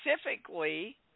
specifically